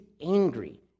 angry